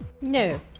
No